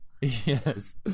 yes